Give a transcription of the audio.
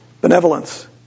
benevolence